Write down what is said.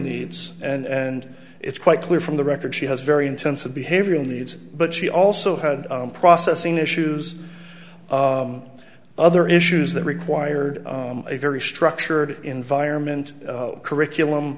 needs and it's quite clear from the record she has very intensive behavioral needs but she also had processing issues other issues that required a very structured environment curriculum